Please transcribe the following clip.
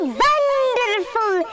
wonderful